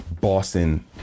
Boston